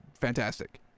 Fantastic